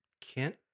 Kent